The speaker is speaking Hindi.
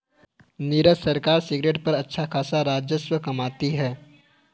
नीरज सरकार सिगरेट पर अच्छा खासा राजस्व कमाती है